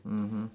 mmhmm